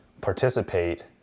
participate